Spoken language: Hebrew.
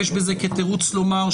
בכל מקרה, זה נורא.